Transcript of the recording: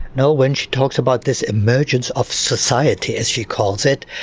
no, when she talks about this emergence of society as she calls it,